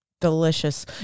delicious